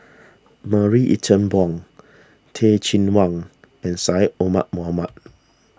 Marie Ethel Bong Teh Cheang Wan and Syed Omar Mohamed